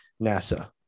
NASA